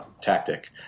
tactic